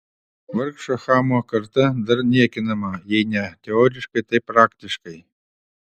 vargšo chamo karta dar niekinama jei ne teoriškai tai praktiškai